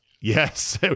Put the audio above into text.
Yes